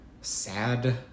sad